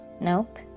Nope